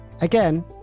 again